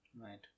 Right